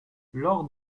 lors